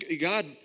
God